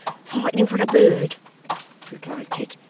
fightin' for a bird replied kit,